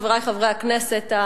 חברי חברי הכנסת,